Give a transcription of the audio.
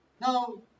Now